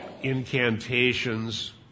incantations